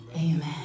Amen